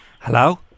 Hello